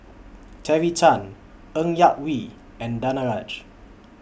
Terry Tan Ng Yak Whee and Danaraj